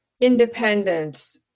independence